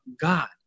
God